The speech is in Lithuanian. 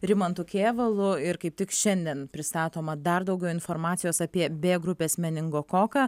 rimantu kėvalu ir kaip tik šiandien pristatoma dar daugiau informacijos apie b grupės meningokoką